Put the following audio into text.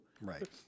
Right